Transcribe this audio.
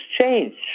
change